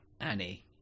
Annie